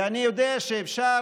ואני יודע שאפשר,